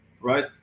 right